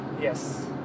Yes